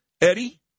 Eddie